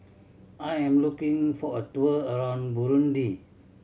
I am looking for a tour around Burundi